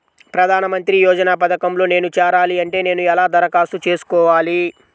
ప్రధాన మంత్రి యోజన పథకంలో నేను చేరాలి అంటే నేను ఎలా దరఖాస్తు చేసుకోవాలి?